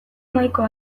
nahikoa